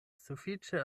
sufiĉe